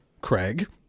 Craig